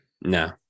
No